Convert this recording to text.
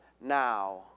now